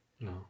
No